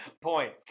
point